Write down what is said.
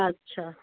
अच्छा